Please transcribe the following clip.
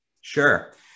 Sure